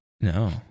No